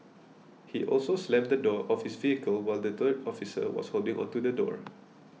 he also slammed the door of his vehicle while the third officer was holding onto the door